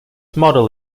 model